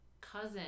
cousin